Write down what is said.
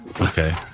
Okay